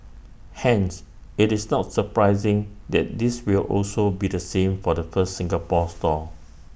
hence IT is not surprising that this will also be the same for the first Singapore store